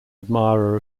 admirer